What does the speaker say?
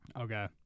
okay